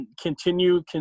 continue